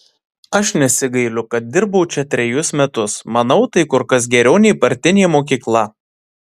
aš nesigailiu kad dirbau čia trejus metus manau tai kur kas geriau nei partinė mokykla